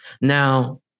Now